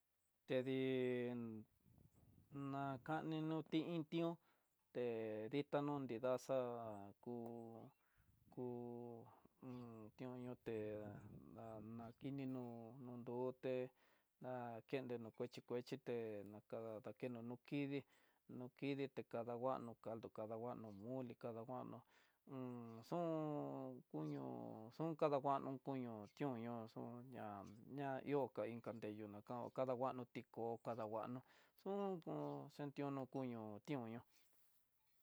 Tedi na kano niti iin ti'ó, te ditano ni nraxaá ku ku ti'ó nioté na nakinino no ndoté, nakenenó kuechi kuechité nakeno no kidii, no kidii té kanguano caldo kadanguano mole kanguano un xun, kuño xun kadanguano kuño ti'ó ñoo xun ña ña ihó kadanreyu na kan kadanguano tiko kadanguano hu j xhintiunó kuño tikoño.